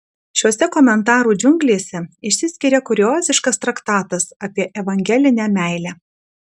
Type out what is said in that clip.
šiose komentarų džiunglėse išsiskiria kurioziškas traktatas apie evangelinę meilę